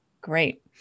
Great